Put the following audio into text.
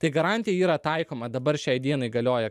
tai garantija yra taikoma dabar šiai dienai galioja